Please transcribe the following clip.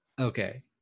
Okay